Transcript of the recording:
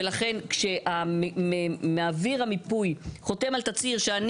ולכן כשמעביר המיפוי חותם על תצהיר שאני